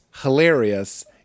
hilarious